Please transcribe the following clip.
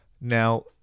Now